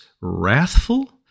wrathful